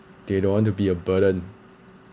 they don't want to be a burden